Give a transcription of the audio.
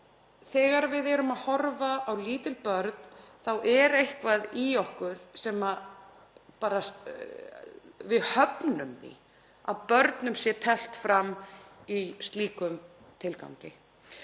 þegar við horfum upp á lítil börn þá er eitthvað í okkur sem hafnar því að börnum sé teflt fram í slíkum tilgangi.